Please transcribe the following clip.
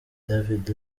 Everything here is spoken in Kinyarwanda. david